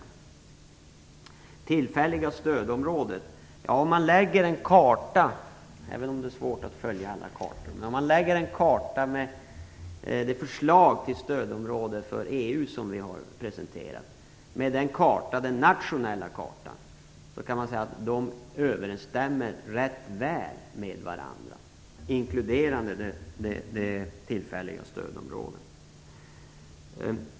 Vad gäller de tillfälliga stödområdena vill jag säga - även om det är svårt att hänvisa till kartor i denna diskussion - att om man över den nationella kartan lägger en karta över det förslag till EU-stödområde som vi har presenterat, kan man se att de överensstämmer rätt väl med varandra, också inklusive de tillfälliga stödområdena.